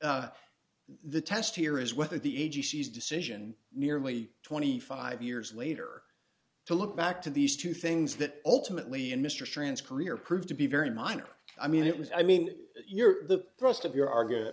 right the test here is whether the agency's decision nearly twenty five years later to look back to these two things that ultimately in mr transcript proved to be very minor i mean it was i mean you're the thrust of your argument